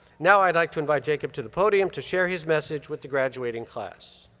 now i'd like to invite jacob to the podium to share his message with the graduating class.